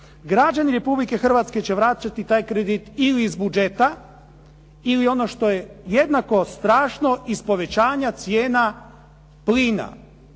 Građani Republike Hrvatske će vraćati taj kredit ili iz budžeta ili ono što je jednako strašno iz povećanja cijena plina.